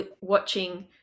watching